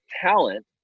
talent